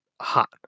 hot